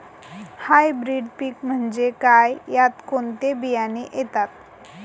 Hybrid पीक म्हणजे काय? यात कोणते बियाणे येतात?